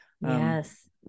yes